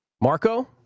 Marco